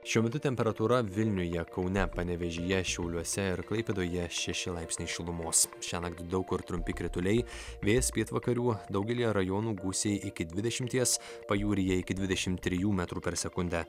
šiuo metu temperatūra vilniuje kaune panevėžyje šiauliuose ir klaipėdoje šeši laipsniai šilumos šiąnakt daug kur trumpi krituliai vėjas pietvakarių daugelyje rajonų gūsiai iki dvidešimties pajūryje iki dvidešimt trijų metrų per sekundę